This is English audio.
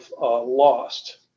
lost